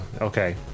okay